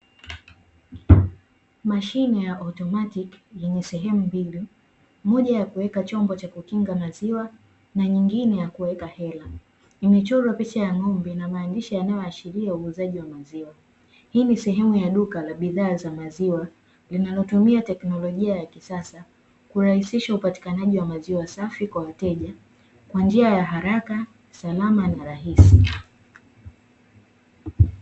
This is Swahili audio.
Mashine ya automatiki yenye sehemu mbili, moja ya kuweka chombo cha kukinga maziwa na nyingine ya kuweka hela, imechorwa picha ya ng'ombe na maandishi yanayoashiria uuzaji wa maziwa. Hii ni sehemu ya duka la bidhaa za maziwa linalotumia teknolojia ya kisasa, kurahisisha upatikanaji wa maziwa safi kwa wateja kwa njia ya haraka salama na rahisi.